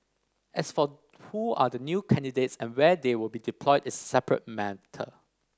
as for who are the new candidates and where they will be deployed is separate matter